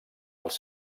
els